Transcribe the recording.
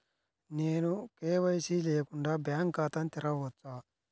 నేను కే.వై.సి లేకుండా బ్యాంక్ ఖాతాను తెరవవచ్చా?